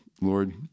Lord